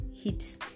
hit